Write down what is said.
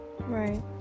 right